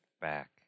back